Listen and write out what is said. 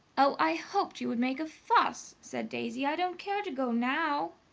oh, i hoped you would make a fuss! said daisy. i don't care to go now.